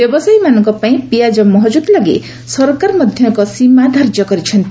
ବ୍ୟବସାୟୀମାନଙ୍କ ପାଇଁ ପିଆଜ ମହକୁଦ ଲାଗି ସରକାର ମଧ୍ୟ ଏକ ସୀମା ଧାର୍ଯ୍ୟ କରିଛନ୍ତି